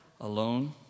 alone